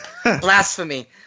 blasphemy